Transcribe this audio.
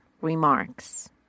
remarks